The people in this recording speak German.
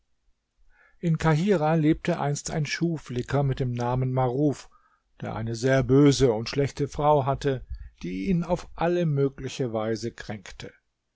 in kahirah lebte einst ein schuhflicker mit dem namen maruf der eine sehr böse und schlechte frau hatte die ihn auf alle mögliche weise kränkte